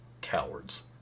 Cowards